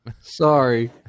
Sorry